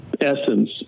essence